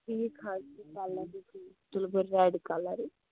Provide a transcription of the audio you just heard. ٹھیٖک حظ کَلَر تُلہٕ بہٕ رٮ۪ڈ کَلرٕے